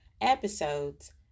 episodes